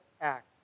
act